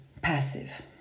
passive